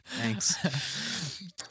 Thanks